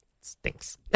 Stinks